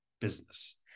business